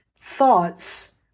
thoughts